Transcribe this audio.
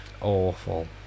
awful